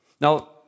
Now